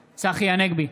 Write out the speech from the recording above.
הנגבי,